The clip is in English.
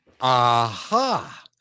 aha